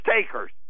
takers